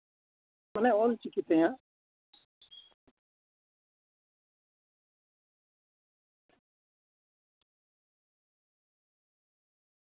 ᱢᱟᱱᱮ ᱚᱞᱪᱤᱠᱤ ᱛᱮ ᱦᱟᱸᱜ